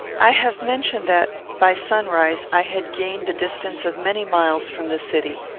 i have mentioned that, by sunrise, i had gained the distance of many miles from the city.